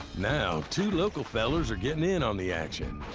now, two local fellers are getting in on the action.